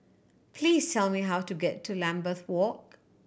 please tell me how to get to Lambeth Walk